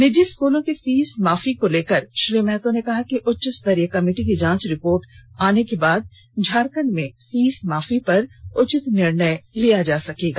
निजी स्कूलों की फीस माफी को लेकर श्री महतो ने कहा कि उच्च स्तरीय कमिटी की जांच रिपोर्ट आने के बाद झारखंड में फीस माफी पर उचित निर्णय लिया जायेगा